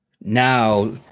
Now